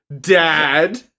dad